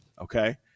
Okay